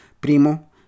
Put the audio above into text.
Primo